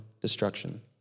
destruction